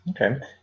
Okay